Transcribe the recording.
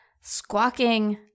squawking